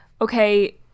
okay